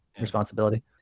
responsibility